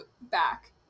back